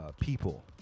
people